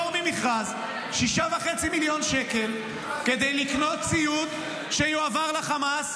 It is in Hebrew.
6.5 מיליון שקל כדי לקנות ציוד שיועבר לחמאס,